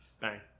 Bang